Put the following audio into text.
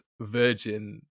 Virgin